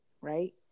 Right